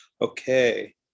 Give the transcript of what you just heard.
okay